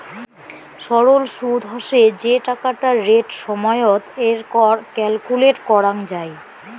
সরল সুদ হসে যে টাকাটা রেট সময়ত এর কর ক্যালকুলেট করাঙ যাই